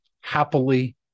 happily